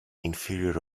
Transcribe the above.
inferior